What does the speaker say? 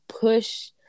push